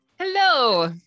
Hello